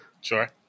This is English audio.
Sure